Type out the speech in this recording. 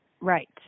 Right